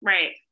Right